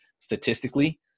statistically